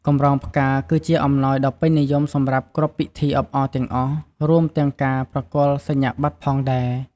កម្រងផ្កា គឺជាអំណោយដ៏ពេញនិយមសម្រាប់គ្រប់ ពិធីអបអរទាំងអស់ រួមទាំងការប្រគល់សញ្ញាបត្រផងដែរ។